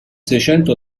seicento